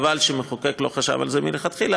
חבל שהמחוקק לא חשב על זה מלכתחילה,